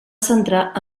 centrar